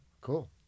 Cool